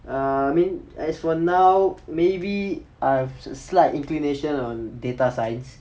err I mean as for now maybe I've slight inclination on data science